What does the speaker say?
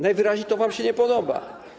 Najwyraźniej to wam się nie podoba.